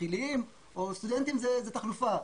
תחיליים או סטודנטים שהם תחלופה.